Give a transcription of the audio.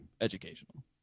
educational